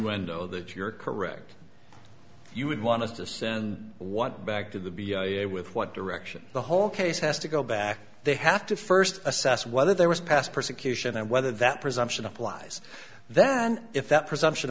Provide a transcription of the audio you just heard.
know that you're correct you would want to sit and what back to the with what direction the whole case has to go back they have to first assess whether there was past persecution and whether that presumption applies then if that presumption